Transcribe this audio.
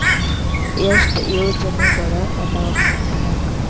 ಎಷ್ಟ್ ಯೋಜನೆಗಳ ಅದಾವ ಭಾರತದಾಗ?